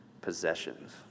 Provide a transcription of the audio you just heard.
possessions